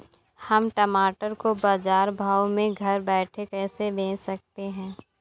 हम टमाटर को बाजार भाव में घर बैठे कैसे बेच सकते हैं?